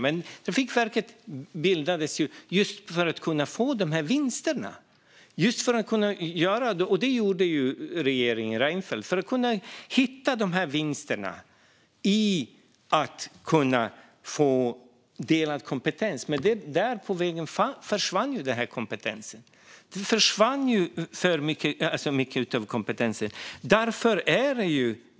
Men Trafikverket bildades för att vi skulle kunna få de här vinsterna. Det bildades av regeringen Reinfeldt för att hitta vinsterna i delad kompetens. Men på vägen försvann den kompetensen. Mycket av kompetensen försvann.